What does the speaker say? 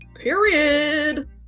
Period